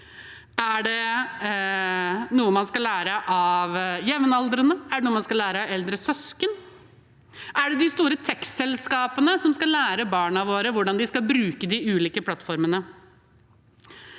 Er det noe man skal lære av jevnaldrende? Er det noe man skal lære av eldre søsken? Er det de store teknologiselskapene som skal lære barna våre hvordan de skal bruke de ulike plattformene?